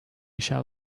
shall